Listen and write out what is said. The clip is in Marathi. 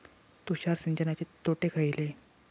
तुषार सिंचनाचे तोटे खयले?